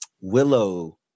Willow